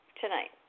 tonight